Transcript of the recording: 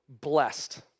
blessed